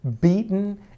beaten